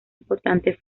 importante